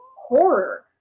horror